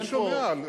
אין פה, אני שומע על,